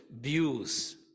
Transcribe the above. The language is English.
views